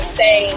say